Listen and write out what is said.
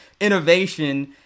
innovation